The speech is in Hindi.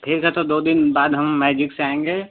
ठीक है तो दो दिन बाद हम मैज़िक से आएँगे